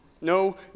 No